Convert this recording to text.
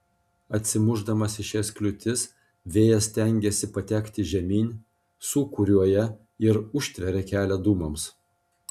atsimušdamas į šias kliūtis vėjas stengiasi patekti žemyn sūkuriuoja ir užtveria kelią dūmams